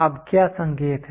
अब क्या संकेत है